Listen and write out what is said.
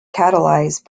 catalyzed